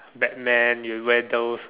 Batman you wear those